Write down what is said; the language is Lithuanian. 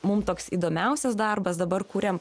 mum toks įdomiausias darbas dabar kūrėm